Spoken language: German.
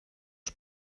der